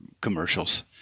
commercials